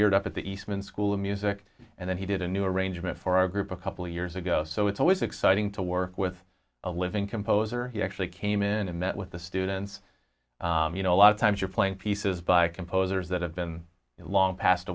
premiered at the eastman school of music and then he did a new arrangement for our group a couple of years ago so it's always exciting to work with a living composer he actually came in and met with the students you know a lot of times you're playing pieces by composers that have been long passed